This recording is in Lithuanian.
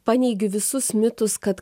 paneigiu visus mitus kad